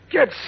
Get